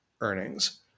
earnings